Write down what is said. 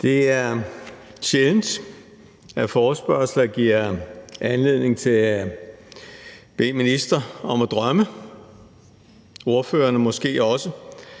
Det er sjældent, at forespørgsler giver anledning til at bede en minister og ordførerne måske også